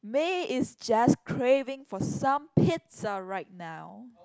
me is just craving for some pizza right now